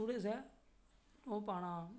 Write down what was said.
थोह्डा सा ओह् पाना